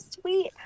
sweet